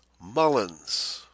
Mullins